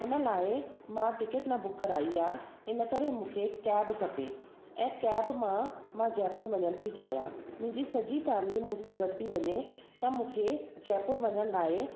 हुन लाइ मां टिकिट न बुक कराई आहे इन करे मूंखे कैब खपे ऐं कैब मां मां जयपुर वञण थी चाहियां मुंहिंजी सॼी फैमिली मूंसां गॾ थी वञे त मूंखे जयपुर वञण लाइ